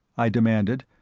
i demanded,